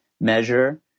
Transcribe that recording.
measure